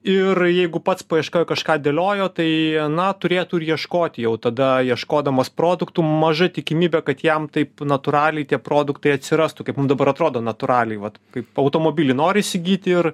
ir jeigu pats paieškoj kažką dėliojo tai na turėtų ir ieškoti jau tada ieškodamas produktų maža tikimybė kad jam taip natūraliai tie produktai atsirastų kaip mum dabar atrodo natūraliai vat kaip automobilį nori įsigyti ir